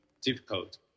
difficult